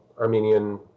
Armenian